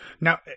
Now